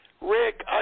Rick